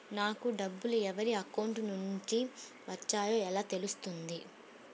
నాకు డబ్బులు ఎవరి అకౌంట్ నుండి వచ్చాయో ఎలా తెలుస్తుంది?